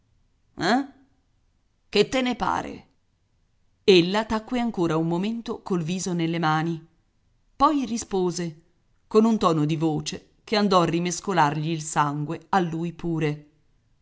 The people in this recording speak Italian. che te ne pare ella tacque ancora un momento col viso nelle mani poi rispose con un tono di voce che andò a rimescolargli il sangue a lui pure